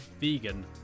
vegan